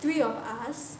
three of us